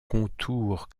contour